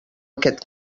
aquest